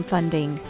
Funding